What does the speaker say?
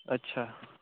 अच्छा